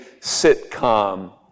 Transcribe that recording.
sitcom